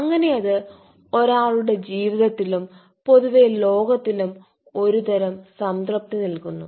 അങ്ങനെ അത് ഒരാളുടെ ജീവിതത്തിലും പൊതുവേ ലോകത്തിലും ഒരുതരം സംതൃപ്തി നൽകുന്നു